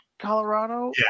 colorado